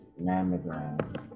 mammograms